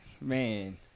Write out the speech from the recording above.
Man